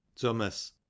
thomas